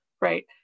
right